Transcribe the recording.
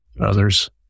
others